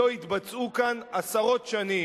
שלא התבצעו כאן עשרות שנים.